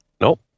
Nope